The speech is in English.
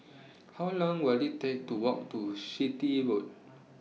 How Long Will IT Take to Walk to Chitty Road